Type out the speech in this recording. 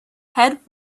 head